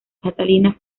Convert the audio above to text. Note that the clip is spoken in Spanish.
catalina